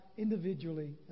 individually